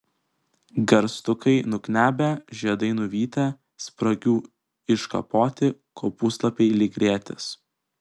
garstukai nuknebę žiedai nuvytę spragių iškapoti kopūstlapiai lyg rėtis